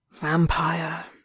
vampire